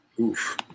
Oof